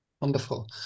Wonderful